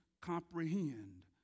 comprehend